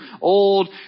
old